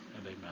amen